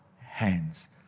hands